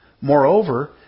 Moreover